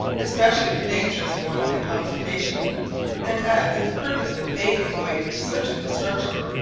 especially the dangerous one of intoxication and, as if purposely paving the way to certain destruction,